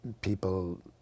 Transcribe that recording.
people